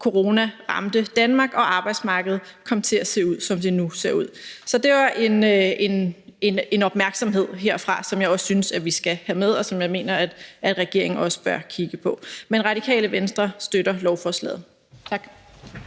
corona ramte Danmark og arbejdsmarkedet kom til at se ud, som det nu ser ud. Så det var en opmærksomhed herfra, som jeg også synes vi skal have med, og som jeg mener regeringen også bør kigge på. Men Radikale Venstre støtter lovforslaget. Tak.